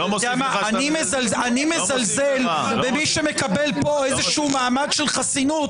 אני מזלזל במי שמקבל פה איזה מעמד של חסינות,